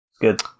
good